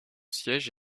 siège